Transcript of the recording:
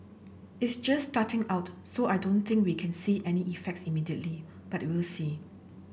is just starting out so I don't think we can see any effects immediately but we'll see